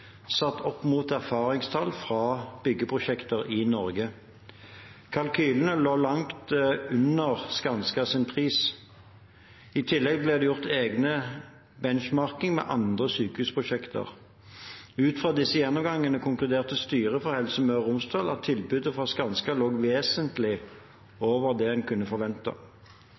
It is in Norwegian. satt opp mot erfaringstall fra byggeprosjekter i Norge. Kalkylene lå langt under Skanskas pris. I tillegg ble det gjort en egen benchmarking med andre sykehusprosjekter. Ut fra disse gjennomgangene konkluderte styret i Helse Møre og Romsdal med at tilbudet fra Skanska lå vesentlig over det en kunne forvente.